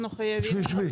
אני מהחטיבה